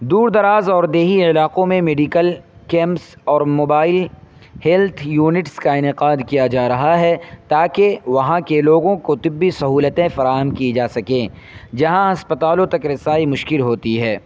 دور دراز اور دیہی علاقوں میں میڈیکل کیمپس اور موبائل ہیلتھ یونٹس کا انعقاد کیا جا رہا ہے تاکہ وہاں کے لوگوں کو طبی سہولتیں فراہم کی جا سکیں جہاں اسپتالوں تک رسائی مشکل ہوتی ہے